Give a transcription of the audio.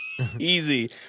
Easy